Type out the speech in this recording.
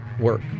work